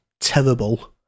terrible